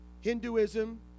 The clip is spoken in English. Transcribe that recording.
Hinduism